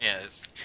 Yes